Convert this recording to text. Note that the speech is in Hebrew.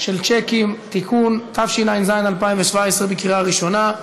של שיקים (תיקון), התשע"ז 2017, קריאה ראשונה.